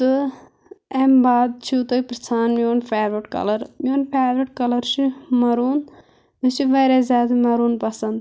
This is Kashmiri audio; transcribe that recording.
تہٕ اَمہِ بعد چھُو تُہۍ پِرٛژھان میون فیورِٹ کَلَر میون فیورِٹ کَلر چھُ مَروٗن مےٚ چھِ واریاہ زیادٕ مَروٗن پَسنٛد